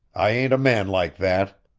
i ain't a man like that!